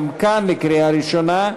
גם כאן לקריאה ראשונה,